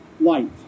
light